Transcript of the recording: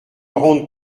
rende